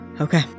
Okay